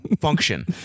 function